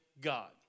God